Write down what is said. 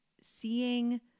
seeing